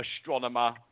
astronomer